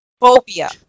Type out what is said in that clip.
phobia